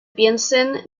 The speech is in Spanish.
piensen